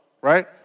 right